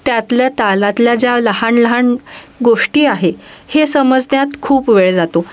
त्यातल्या तालातल्या ज्या लहान लहान गोष्टी आहे हे समजण्यात खूप वेळ जातो